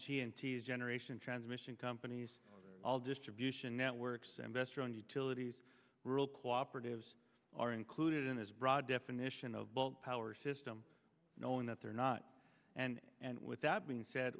these generation transmission companies all distribution networks investor owned utilities rural cooperatives are included in this broad definition of bulk power system knowing that they're not and and with that being said